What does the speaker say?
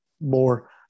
more